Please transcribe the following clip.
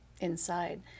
inside